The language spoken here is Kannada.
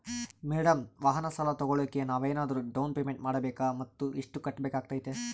ಮೇಡಂ ವಾಹನ ಸಾಲ ತೋಗೊಳೋಕೆ ನಾವೇನಾದರೂ ಡೌನ್ ಪೇಮೆಂಟ್ ಮಾಡಬೇಕಾ ಮತ್ತು ಎಷ್ಟು ಕಟ್ಬೇಕಾಗ್ತೈತೆ?